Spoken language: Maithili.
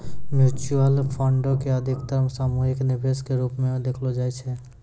म्युचुअल फंडो के अधिकतर सामूहिक निवेश के रुपो मे देखलो जाय छै